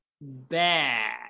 bad